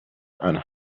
and